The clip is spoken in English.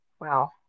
Wow